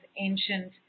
ancient